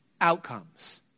outcomes